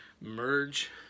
merge